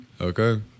Okay